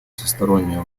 всестороннее